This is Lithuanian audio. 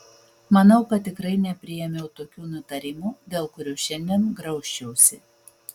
manau kad tikrai nepriėmiau tokių nutarimų dėl kurių šiandien graužčiausi